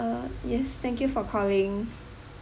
uh yes thank you for calling